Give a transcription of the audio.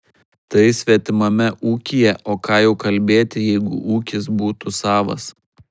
tai svetimame ūkyje o ką jau kalbėti jeigu ūkis būtų savas